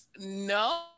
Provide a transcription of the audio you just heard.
no